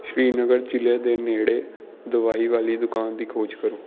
ਸ਼੍ਰੀਨਗਰ ਜ਼ਿਲ੍ਹੇ ਦੇ ਨੇੜੇ ਦਵਾਈ ਵਾਲੀ ਦੁਕਾਨ ਦੀ ਖੋਜ ਕਰੋ